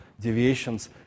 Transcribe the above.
deviations